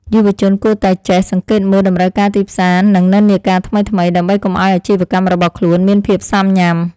យុវជនគួរតែចេះសង្កេតមើលតម្រូវការទីផ្សារនិងនិន្នាការថ្មីៗ ដើម្បីកុំឱ្យអាជីវកម្មរបស់ខ្លួនមានភាពស៊ាំញ៉ាំ។